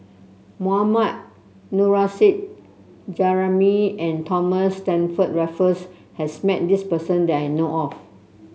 Mohammad Nurrasyid Juraimi and Thomas Stamford Raffles has met this person that I know of